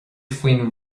faoin